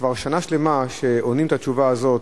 כבר שנה שלמה שעונים את התשובה הזאת